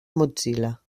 mozilla